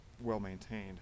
well-maintained